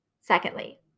Secondly